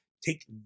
take